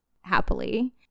happily